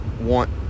want